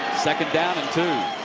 second down and two.